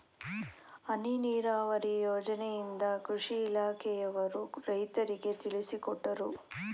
ಹನಿ ನೀರಾವರಿ ಯೋಜನೆಯಿಂದ ಕೃಷಿ ಇಲಾಖೆಯವರು ರೈತರಿಗೆ ತಿಳಿಸಿಕೊಟ್ಟರು